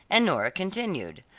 and nora continued,